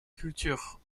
culture